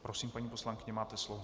Prosím, paní poslankyně, máte slovo.